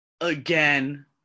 again